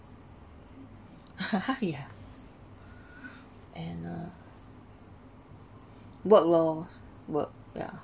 yeah and uh work lor work ya